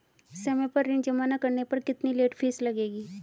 समय पर ऋण जमा न करने पर कितनी लेट फीस लगेगी?